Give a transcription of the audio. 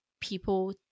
people